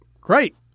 great